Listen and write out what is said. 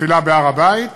מתפילה בהר-הבית